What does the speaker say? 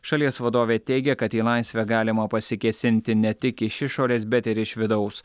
šalies vadovė teigia kad į laisvę galima pasikėsinti ne tik iš išorės bet ir iš vidaus